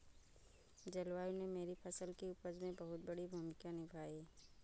जलवायु ने मेरी फसल की उपज में बहुत बड़ी भूमिका निभाई